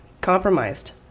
compromised